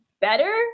better